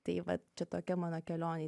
tai vat čia tokia mano kelionė